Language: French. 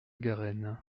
garenne